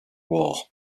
war